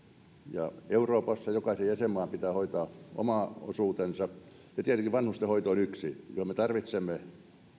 ja euroopassa jokaisen jäsenmaan pitää hoitaa oma osuutensa tietenkin vanhustenhoito on yksi johon me tarvitsemme